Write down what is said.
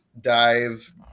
dive